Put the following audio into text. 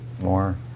more